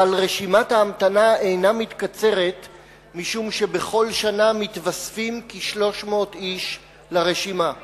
אבל רשימת ההמתנה אינה מתקצרת משום שבכל שנה מתווספים כ-300 איש לרשימה.